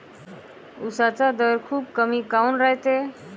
उसाचा दर खूप कमी काऊन रायते?